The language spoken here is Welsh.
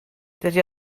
dydy